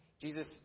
Jesus